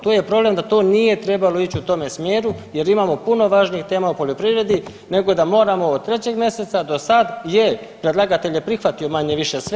Tu je problem da to nije trebalo ići u tome smjeru, jer imamo puno važnijih tema u poljoprivredi, nego da moramo od 3. mjeseca do sada, je predlagatelj je prihvatio manje-više sve.